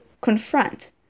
confront